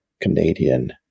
Canadian